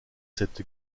cette